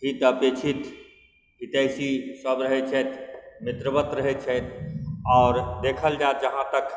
हित अपेक्षित हितैषी सब रहै छथि मित्रवत रहै छथि आओर देखल जाइ जहाँ तक